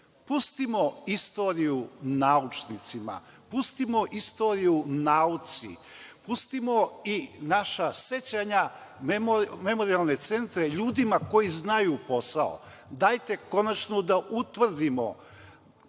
Pustimo istoriju naučnicima, pustimo istoriju nauci, pustimo i naša sećanja, memorijalne centre ljudima koji znaju posao. Dajte konačno da utvrdimo